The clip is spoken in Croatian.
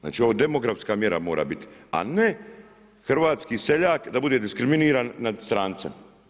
Znači ovo demografska mjera mora biti a ne hrvatski seljak da bude diskriminiran nad strancem.